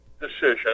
decision